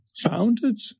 founded